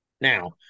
Now